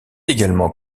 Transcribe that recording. également